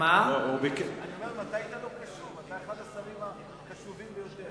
אתה אחד השרים הקשובים ביותר.